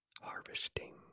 harvesting